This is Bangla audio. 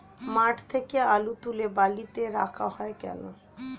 মাঠ থেকে আলু তুলে বালিতে রাখা হয় কেন?